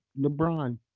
LeBron